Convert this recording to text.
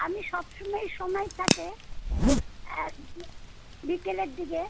আমি সব সময়ই সমায় থাকে এক দিন বিকেলের দিগে